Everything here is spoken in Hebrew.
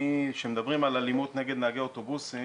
כשמדברים על אלימות נגד נהגי אוטובוסים